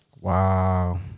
Wow